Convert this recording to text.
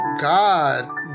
God